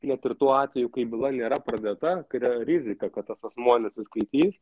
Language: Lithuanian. net ir tuo atveju kai byla nėra pradėta yra rizika kad tas asmuo neatsiskaitys